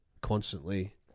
constantly